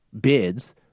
bids